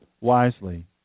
wisely